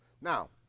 now